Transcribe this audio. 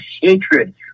hatred